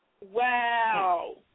Wow